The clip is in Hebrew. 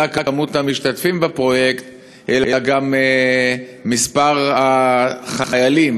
מספר המשתתפים בפרויקט אלא שגם מספר החיילים,